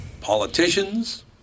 Politicians